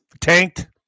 tanked